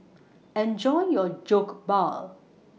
Enjoy your Jokbal